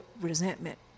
resentment